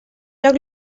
joc